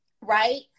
right